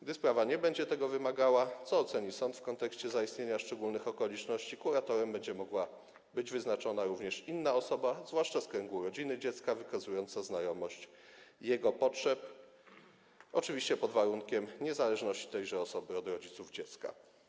Gdy sprawa nie będzie tego wymagała, co oceni sąd w kontekście zaistnienia szczególnych okoliczności, na kuratora będzie mogła być wyznaczona również inna osoba, zwłaszcza z kręgu rodziny dziecka, wykazująca znajomość jego potrzeb, oczywiście pod warunkiem niezależności tejże osoby od rodziców dziecka.